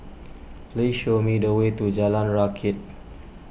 please show me the way to Jalan Rakit